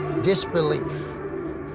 Disbelief